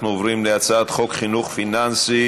אנחנו עוברים להצעת חוק חינוך פיננסי,